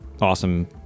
awesome